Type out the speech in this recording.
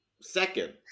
second